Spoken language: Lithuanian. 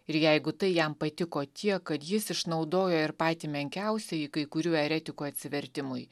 ir jeigu tai jam patiko tiek kad jis išnaudojo ir patį menkiausiąjį kai kurių eretikų atsivertimui